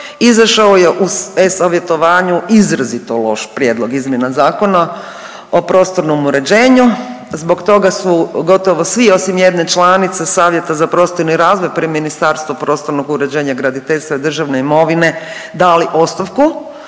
izašao je u e-Savjetovanju izrazito loš prijedlog izmjena Zakona o prostornom uređenju. Zbog toga su gotovo svi osim jedne članice Savjeta za prostorni razvoj pri Ministarstvo prostornog uređenja, graditeljstva i državne imovine dali ostavku,